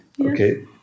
Okay